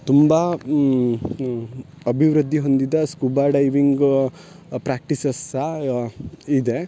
ತುಂಬ ಅಭಿವೃದ್ದಿ ಹೊಂದಿದ ಸ್ಕೂಬಾ ಡೈವಿಂಗ ಪ್ರಾಕ್ಟೀಸಸ್ ಸಹ ಇದೆ